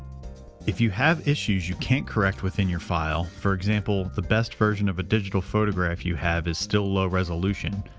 if you have issues you can't correct within your file for example, the best version of a digital photograph you have is still low resolution,